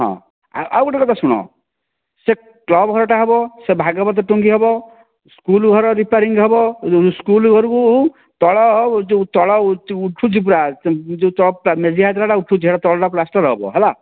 ହଁ ଆଉ ଗୋଟେ କଥା ଶୁଣ ସେ କ୍ଲବ ଘରଟା ହେବ ସେ ଭାଗବତ ଟୁଙ୍ଗି ହେବ ସ୍କୁଲଘର ରିପ୍ୟାରିଙ୍ଗ ହେବ ସ୍କୁଲଘରକୁ ତଳ ଯେଉଁ ତଳ ଉଠୁଛି ପୁରା ସେ ଯେଉଁ ଟପଟା ମେଜିଆ ଯେଉଡ଼ା ଉଠୁଛି ସେ ତଳଟା ପ୍ଳାଷ୍ଟର ହେବ ହେଲା